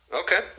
okay